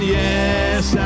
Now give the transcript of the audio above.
yes